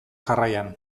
jarraian